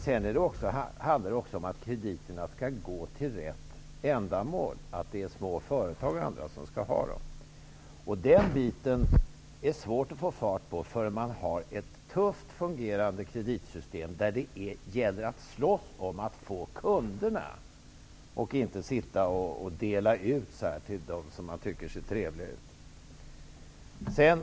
Sedan handlar det också om att krediterna skall gå till rätt ändamål. Det är t.ex. små företag som skall ha dem. Det är svårt att få fart på den biten innan man har ett tufft, fungerande kreditsystem där det gäller att slåss om att få kunderna. Man skall inte bara dela ut krediter till dem man tycker ser trevliga ut.